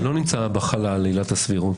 זה לא נמצא בחלל, עילת הסבירות.